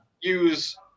use